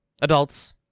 adults